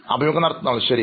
അഭിമുഖം നടത്തുന്നയാൾ ശരി